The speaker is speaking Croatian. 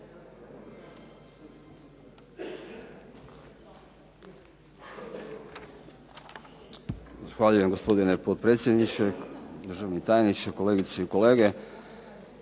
Hvala lijepo, gospodine potpredsjedniče. Državni tajniče, kolegice i kolege.